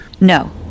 no